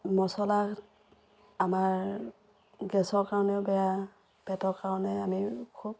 মচলা আমাৰ গেছৰ কাৰণেও বেয়া পেটৰ কাৰণে আমি খুব